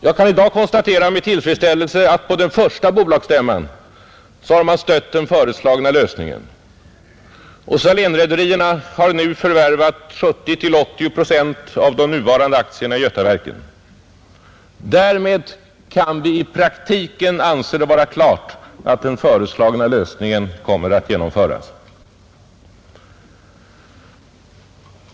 Jag kan i dag med tillfredsställelse konstatera att man på den första bolagsstämman stött den föreslagna lösningen. Salénrederierna har nu förvärvat 70—80 procent av de nuvarande aktierna i Götaverken. Därmed kan vi i praktiken anse det vara klart att den föreslagna lösningen kommer att genomföras.